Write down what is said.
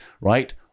right